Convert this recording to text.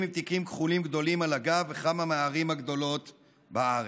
עם תיקים כחולים גדולים על הגב בכמה מהערים הגדולות בארץ.